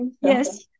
Yes